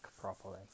properly